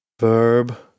Verb